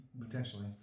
Potentially